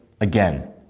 Again